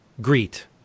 greet